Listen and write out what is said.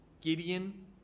Gideon